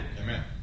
Amen